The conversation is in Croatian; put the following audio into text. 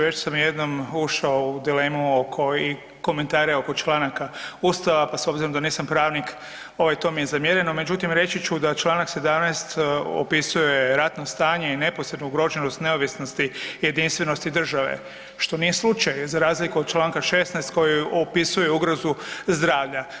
Već sam jednom ušao u dilemu o koji, komentari oko članaka Ustava, pa s obzirom da nisam pravnik ovaj, to mi je zamjereno, međutim, reći ću da čl. 17. opisuje ratno stanje i neposrednu ugroženost neovisnosti i jedinstvenosti države, što nije slučaj, za razliku od čl. 16. koji opisuje ugrozu zdravlja.